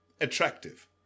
Attractive